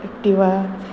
Activa